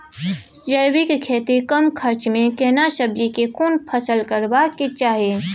जैविक खेती कम खर्च में केना सब्जी के कोन फसल करबाक चाही?